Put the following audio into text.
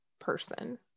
person